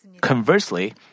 Conversely